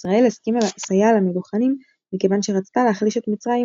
ישראל הסכימה לסייע למלוכנים מכיוון שרצתה להחליש את מצרים,